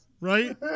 Right